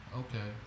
okay